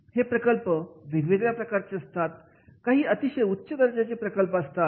हे प्रकल्प वेगवेगळ्या प्रकारचे असतात काही अतिशय उच्च दर्जाचे प्रकल्प असतात